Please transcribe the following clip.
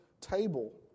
table